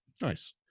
Nice